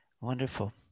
Wonderful